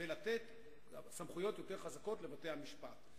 ולתת סמכויות יותר חזקות לבתי-המשפט.